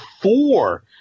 four